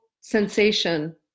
sensation